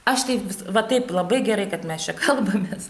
aš taip va taip labai gerai kad mes čia kalbamės